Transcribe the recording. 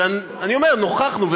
שאני אומר שנוכחנו,